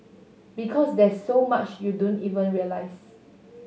because there's so much you don't even realise